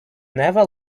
never